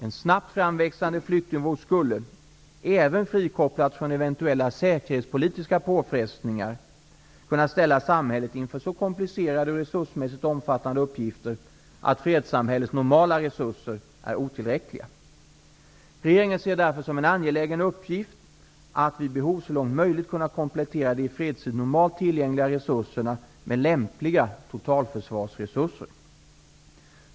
En snabbt framväxande flyktingvåg skulle, även frikopplat från eventuella säkerhetspolitiska påfrestningar, kunna ställa samhället inför så komplicerade och resursmässigt omfattande uppgifter att fredssamhällets normala resurser är otillräckliga. Regeringen ser det därför som en angelägen uppgift att vid behov så långt möjligt kunna komplettera de i fredstid normalt tillgängliga resurserna med lämpliga totalförsvarsresurser.